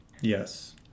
yes